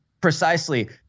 Precisely